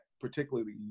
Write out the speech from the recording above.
particularly